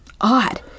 odd